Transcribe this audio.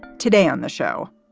today on the show,